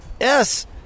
Yes